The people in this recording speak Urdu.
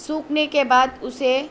سوکھنے کے بعد اسے